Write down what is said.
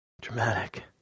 Dramatic